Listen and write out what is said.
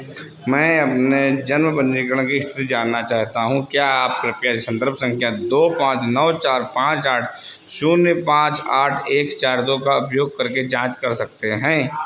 मैं अपने जन्म पंजीकरण की स्थिति जानना चाहता हूँ क्या आप कृपया संदर्भ संख्या दो पाँच नौ चार पाँच आठ शून्य पाँच आठ एक चार दो का उपयोग करके जाँच कर सकते हैं